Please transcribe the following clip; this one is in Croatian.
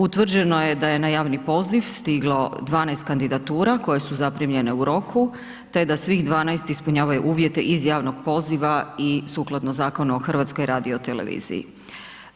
Utvrđeno je da je na javni poziv stiglo 12 kandidatura koje su zaprimljene u roku te da svih 12 ispunjavaju uvjete iz javnog poziva i sukladno Zakonu o HRT-u.